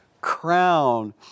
crown